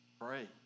Pray